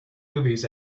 movies